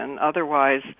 Otherwise